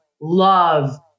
love